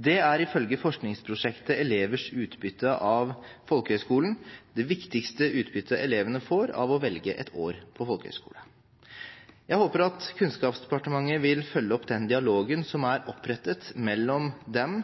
er ifølge forskningsprosjektet «Elevers utbytte av folkehøgskolen» det viktigste utbyttet elevene får av å velge et år på folkehøyskole. Jeg håper at Kunnskapsdepartementet vil følge opp den dialogen som er opprettet mellom dem,